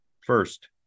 First